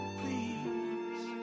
please